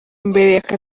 imbere